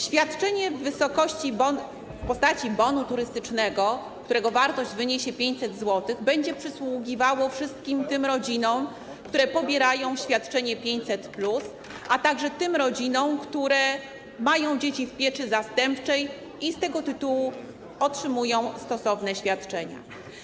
Świadczenie w postaci bonu turystycznego, którego wartość wyniesie 500 zł, będzie przysługiwało wszystkim tym rodzinom, które pobierają świadczenie 500+, a także tym rodzinom, które mają dzieci w pieczy zastępczej i z tego tytułu otrzymują stosowne świadczenia.